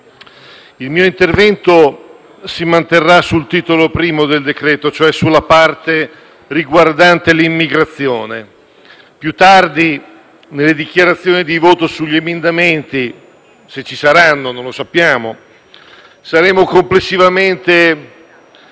il mio intervento si manterrà sul titolo I del decreto-legge, e cioè sulla parte riguardante l'immigrazione. Più tardi, nelle dichiarazioni di voto sugli emendamenti - se ci saranno, non lo sappiamo - saremo complessivamente,